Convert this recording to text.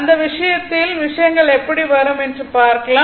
அந்த விஷயத்தில் விஷயங்கள் எப்படி வரும் என்று பார்க்கலாம்